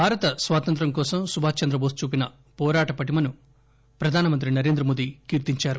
భారత స్వాతంత్ర్యం కోసం సుభాస్ చంద్రబోస్ చూపిన పోరాట పటిమను ప్రధానమంత్రి నరేంద్రమోదీ కీర్తించారు